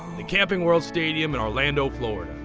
the camping world stadium in orlando, florida.